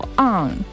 on